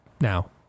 now